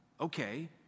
okay